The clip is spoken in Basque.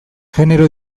genero